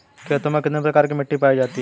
खेतों में कितने प्रकार की मिटी पायी जाती हैं?